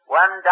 one